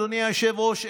אדוני היושב-ראש,